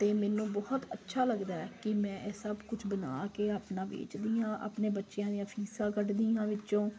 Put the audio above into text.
ਅਤੇ ਮੈਨੂੰ ਬਹੁਤ ਅੱਛਾ ਲੱਗਦਾ ਕਿ ਮੈਂ ਇਹ ਸਭ ਕੁਛ ਬਣਾ ਕੇ ਆਪਣਾ ਵੇਚਦੀ ਹਾਂ ਆਪਣੇ ਬੱਚਿਆਂ ਦੀਆਂ ਫੀਸਾਂ ਕੱਢਦੀ ਹਾਂ ਵਿੱਚੋਂ